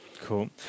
Cool